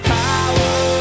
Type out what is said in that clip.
power